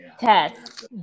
Test